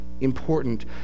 important